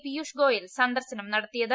പിയൂഷ് ഗോയൽ സന്ദർശനം നടത്തിയത്